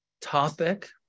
topic